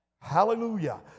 Hallelujah